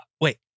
Wait